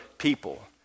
people